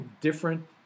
different